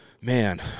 Man